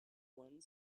one